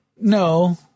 No